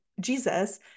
Jesus